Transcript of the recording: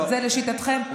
זה לשיטתכם?